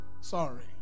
Sorry